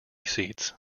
seats